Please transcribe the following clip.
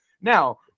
Now